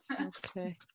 okay